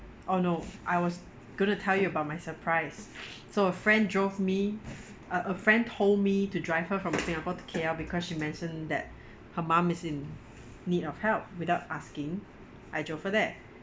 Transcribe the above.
oh no I was going to tell you about my surprise so a friend drove me a a friend told me to drive her from singapore to K_L because she mentioned that her mum is in need of help without asking I drove her there